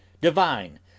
DIVINE